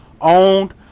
owned